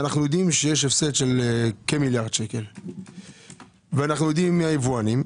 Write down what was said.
אנחנו יודעים שיש הפסד של כמיליארד שקל ויודעים מי היבואנים.